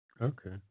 Okay